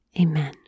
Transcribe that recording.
Amen